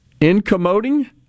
Incommoding